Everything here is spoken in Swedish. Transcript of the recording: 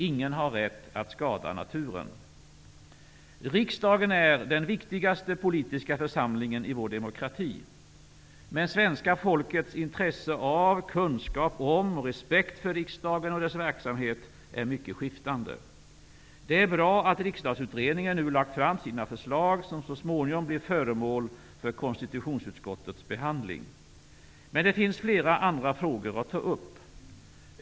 Ingen har rätt att skada naturen. Riksdagen är den viktigaste politiska församlingen i vår demokrati. Men svenska folkets intresse av, kunskap om och respekt för riksdagen och dess verksamhet är mycket skiftande. Det är bra att Riksdagsutredningen nu har lagt fram sina förslag. De skall så småningom bli föremål för konstitutionsutskottets behandling. Men det finns flera andra frågor att ta upp.